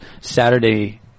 Saturday